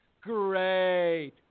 Great